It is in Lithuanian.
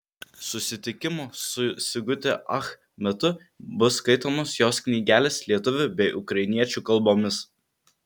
susitikimo su sigute ach metu bus skaitomos jos knygelės lietuvių bei ukrainiečių kalbomis